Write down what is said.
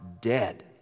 dead